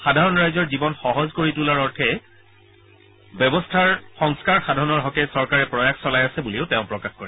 সাধাৰণ ৰাইজৰ জীৱন সহজ কৰি তোলাৰ অৰ্থে ব্যৱস্থাৰ সংস্কাৰ সাধনৰ হকে চৰকাৰে প্ৰয়াস চলাই আছে বুলিণ্ড তেওঁ প্ৰকাশ কৰে